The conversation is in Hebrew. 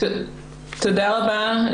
תודה רבה,